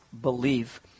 believe